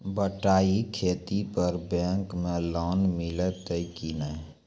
बटाई खेती पर बैंक मे लोन मिलतै कि नैय?